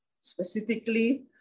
specifically